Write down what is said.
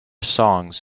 songs